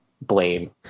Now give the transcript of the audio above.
blame